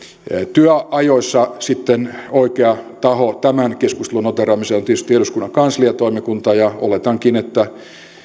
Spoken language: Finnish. työajoissa oikea taho tämän keskustelun noteeraamiseen on tietysti eduskunnan kansliatoimikunta ja oletankin että